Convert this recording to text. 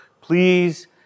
please